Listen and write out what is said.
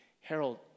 Harold